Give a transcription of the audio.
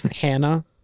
hannah